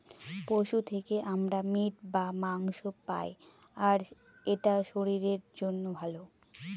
পশু থেকে আমরা মিট বা মাংস পায়, আর এটা শরীরের জন্য ভালো